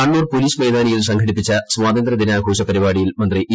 Kannur police മൈതാനിയിൽ സംഘടിപ്പിച്ച സ്വാതന്ത്രൃദിനാഘോഷ പരിപാടിയിൽ മന്ത്രി ഇ